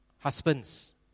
Husbands